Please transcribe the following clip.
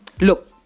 Look